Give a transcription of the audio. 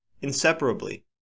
inseparably